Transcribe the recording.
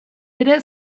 ere